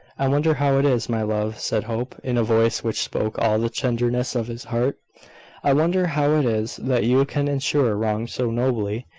i wonder how it is, my love, said hope, in a voice which spoke all the tenderness of his heart i wonder how it is that you can endure wrong so nobly,